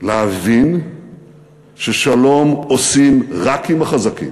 להבין ששלום עושים רק עם החזקים,